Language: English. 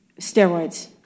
steroids